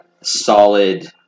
solid